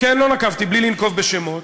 כן, לא נקבתי, בלי לנקוב בשמות.